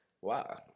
Wow